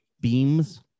beams